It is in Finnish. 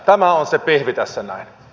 tämä on se pihvi tässä näin